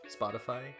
spotify